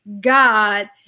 God